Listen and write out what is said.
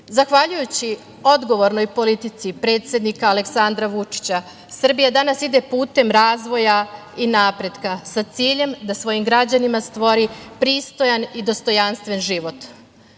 Zahvaljujući odgovornoj politici predsednika Aleksandra Vučića, Srbija danas ide putem razvoja i napretka sa ciljem da svojim građanima stvori pristojan i dostojanstven život.U